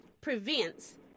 Prevents